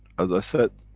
as i said,